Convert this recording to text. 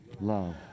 love